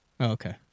Okay